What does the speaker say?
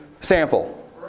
sample